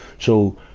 so,